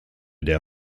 der